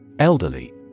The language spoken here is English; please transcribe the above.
Elderly